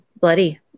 bloody